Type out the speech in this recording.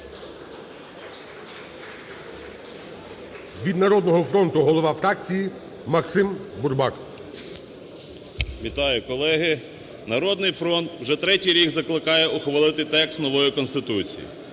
Вітаю, колеги! "Народний фронт вже третій рік закликає ухвалити текст нової Конституції.